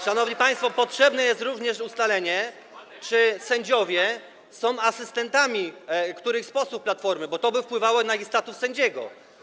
Szanowni państwo, potrzebne jest również ustalenie, czy sędziowie są asystentami którychś posłów z Platformy, bo to wpływałoby na ich status sędziego.